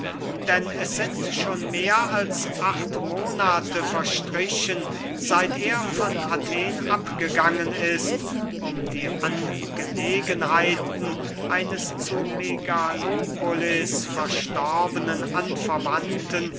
denn es sind schon mehr als acht monate verstrichen seit er von athen abgegangen ist um die angelegenheiten eines zu megalopolis verstorbenen anverwandten